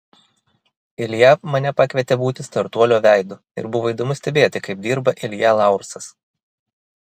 ilja mane pakvietė būti startuolio veidu ir buvo įdomu stebėti kaip dirba ilja laursas